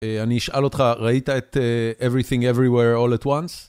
אני אשאל אותך, ראית את everything, everywhere, all at once?